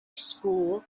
school